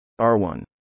R1